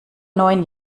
neun